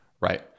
Right